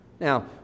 Now